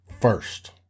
first